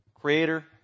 Creator